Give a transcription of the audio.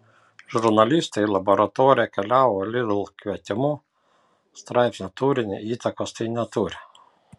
žurnalistai į laboratoriją keliavo lidl kvietimu straipsnio turiniui įtakos tai neturi